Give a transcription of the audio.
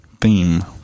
theme